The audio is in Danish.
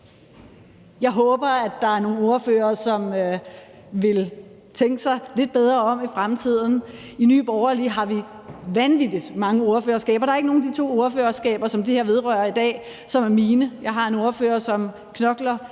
Jeg håber, at der er nogle ordførere, som vil tænke sig lidt bedre om i fremtiden. I Nye Borgerlige har vi vanvittig mange ordførerskaber mellem os, og der er ikke nogen af de to ordførerskaber, som det her i dag vedrører, der er mine. Jeg har en ordfører, som knokler